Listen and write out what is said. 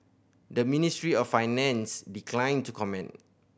the Ministry of Finance declined to comment